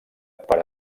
per